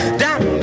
down